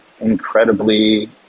incredibly